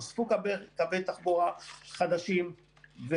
נוספו קווי תחבורה חדשים.